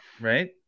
right